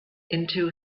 into